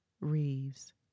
Reeves